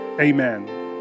Amen